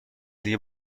دیگه